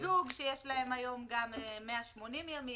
מיזוג יש להם היום גם 180 ימים.